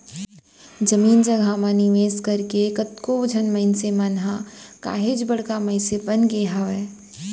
जमीन जघा म निवेस करके कतको झन मनसे मन ह काहेच बड़का मनसे बन गय हावय